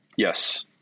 Yes